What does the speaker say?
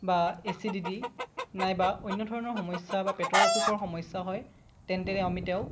বা এছিদিটি নাইবা অন্য ধৰণৰ সমস্যা বা পেটৰ অসুখৰ সমস্যা হয় তেন্তে আমি তেওঁক